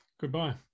goodbye